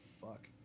Fuck